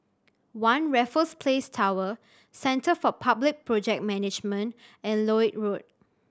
One Raffles Place Tower Centre for Public Project Management and Lloyd Road